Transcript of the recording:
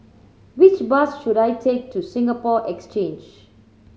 which bus should I take to Singapore Exchange